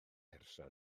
person